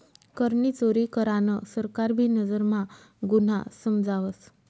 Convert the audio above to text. करनी चोरी करान सरकार भी नजर म्हा गुन्हा समजावस